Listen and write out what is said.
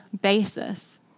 basis